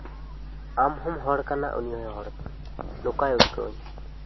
ᱟᱢ ᱦᱚᱸᱢ ᱦᱚᱲ ᱠᱟᱱᱟ ᱩᱱᱤ ᱦᱚᱸᱭ ᱦᱚᱲ ᱠᱟᱱᱟ ᱱᱚᱝᱠᱟᱭ ᱩᱫᱽᱜᱟᱹᱣ ᱤᱧᱟᱹ